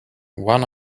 one